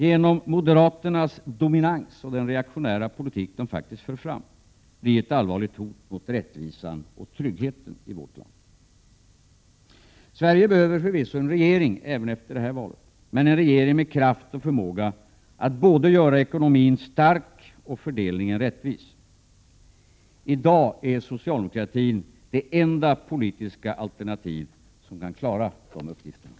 Genom moderaternas dominans och den reaktionära politik de faktiskt för, skulle den också bli ett allvarligt hot mot rättvisan och tryggheten i vårt land. Sverige behöver förvisso en regering även efter det här valet. Det måste emellertid vara en regering som har kraft och förmåga att både göra ekonomin stark och fördelningen rättvis. I dag är socialdemokratin det enda politiska alternativ som kan klara de uppgifterna.